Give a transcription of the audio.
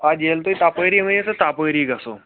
اَدٕ ییٚلہِ تُہۍ تَپٲری ؤنِو تہٕ تَپٲری گَژھَو